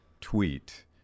tweet